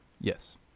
Yes